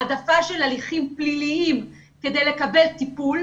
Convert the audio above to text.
העדפה של הליכים פליליים כדי לקבל טיפול.